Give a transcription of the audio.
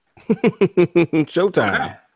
Showtime